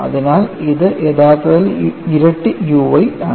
അതിനാൽ ഇത് യഥാർത്ഥത്തിൽ ഇരട്ടി u y ആണ്